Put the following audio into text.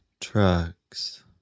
Trucks